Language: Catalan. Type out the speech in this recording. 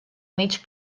mig